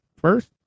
first